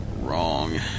wrong